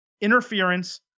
Interference